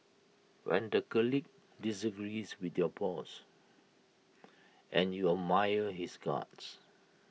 when the colleague disagrees with your boss and you admire his guts